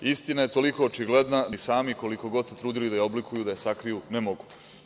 Istina je toliko očigledna da čak ni oni sami, koliko god se trudili da je oblikuju, da je sakriju ne mogu.